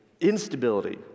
instability